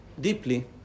deeply